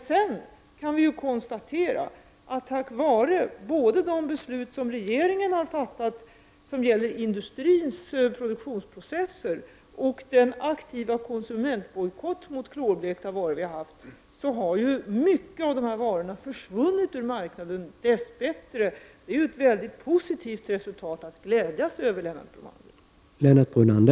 Sedan kan vi konstatera att, både tack vare de beslut som regeringen har fattat avseende industrins produktionsprocesser och den aktiva konsumentbojkott mot klorblekta varor som vi har haft, många av dessa varor dess bättre har försvunnit ur marknaden. Det är ett mycket positivt resultat — något att glädjas över, Lennart Brunander.